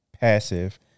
passive